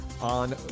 On